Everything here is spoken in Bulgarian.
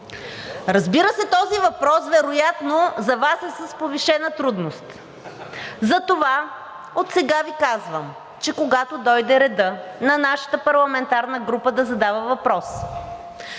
Разбира се, този въпрос вероятно за Вас е с повишена трудност. Затова отсега Ви казвам, че когато дойде редът на нашата парламентарна група да задава въпрос,